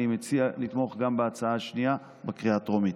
אני מציע לתמוך גם בהצעה השנייה בקריאה הטרומית.